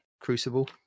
Crucible